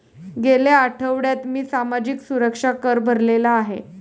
गेल्या आठवड्यात मी सामाजिक सुरक्षा कर भरलेला आहे